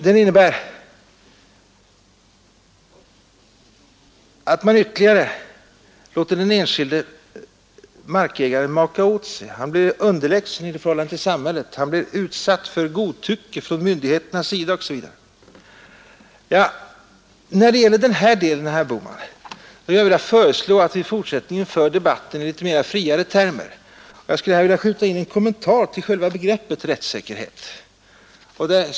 Det innebär att man låter den enskilde markägaren maka åt sig ytterligare, han blir underlägsen i förhållande till samhället, han blir utsatt för godtycke från myndigheternas sida osv. Beträffande den delen, herr Bohman, vill jag föreslå att vi i fortsättningen för debatten i litet friare termer. Jag skulle gärna vilja skjuta in en kommentar till själva begreppet rättssäkerhet.